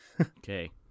Okay